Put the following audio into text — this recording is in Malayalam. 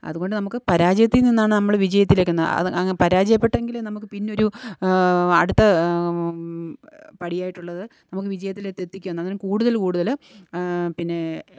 അതുകൊണ്ട് നമുക്ക് പരാജയത്തില്നിന്നാണ് നമ്മള് വിജയത്തിലേക്കെന്ന് അത് അങ്ങ പരാജയപ്പെട്ടെങ്കിലേ നമുക്ക് പിന്നൊരു അടുത്ത പടിയായിട്ടുള്ളത് നമുക്ക് വിജയത്തിലേത്തെത്തിക്കാന്ന് അന്നേരം കൂടുതല് കൂടുതല് പിന്നേ